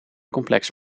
complex